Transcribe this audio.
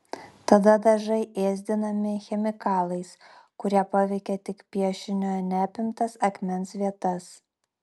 tada dažai ėsdinami chemikalais kurie paveikia tik piešinio neapimtas akmens vietas